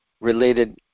related